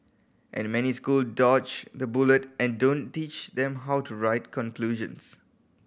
and many school dodge the bullet and don't teach them how to write conclusions